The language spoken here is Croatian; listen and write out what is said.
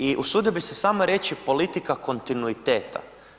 I usudio bi se samo reći politika kontinuiteta.